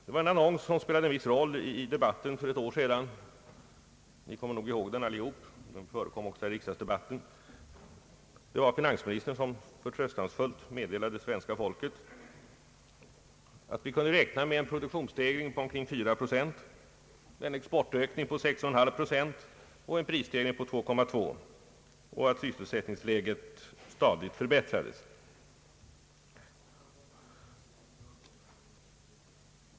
Det var en annons som spelade en viss roll i debatten för ett år sedan. Ni kommer nog alla ihåg den; den förekom också här i riksdagsdebatten. Finansministern meddelade förtröstansfullt svenska folket att vi kunde räkna med en produktionsstegring på omkring 4 procent, en exportökning på 6,5 procent och en prisstegring på 2,2 procent samt att sysselsättningsläget stadigt förbättrades.